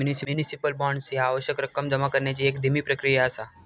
municipal bonds ह्या आवश्यक रक्कम जमा करण्याची एक धीमी प्रक्रिया असा